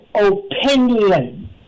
opinion